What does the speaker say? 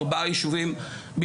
שיש בה ארבעה יישובים בלבד,